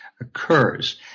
occurs